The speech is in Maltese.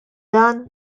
dan